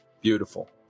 beautiful